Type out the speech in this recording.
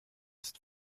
ist